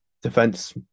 defense